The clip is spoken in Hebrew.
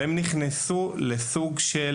ונכנסו לסוג של